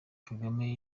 kagame